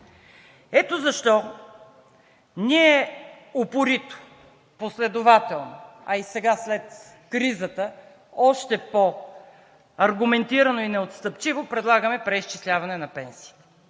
Ето защо ние упорито, последователно, а и сега след кризата още по-аргументирано и неотстъпчиво предлагаме преизчисляване на пенсиите.